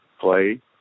play